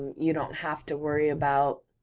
you don't have to worry about,